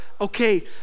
okay